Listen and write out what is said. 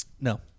No